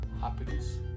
happiness